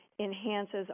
enhances